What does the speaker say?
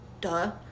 duh